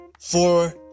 four